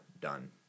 done